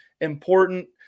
important